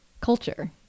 culture